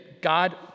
God